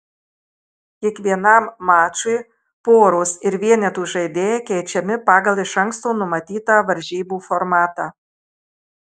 kiekvienam mačui poros ir vienetų žaidėjai keičiami pagal iš anksto numatytą varžybų formatą